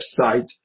website